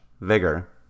vigor